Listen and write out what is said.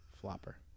flopper